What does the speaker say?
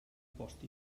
post